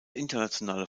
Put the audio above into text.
internationale